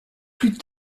plus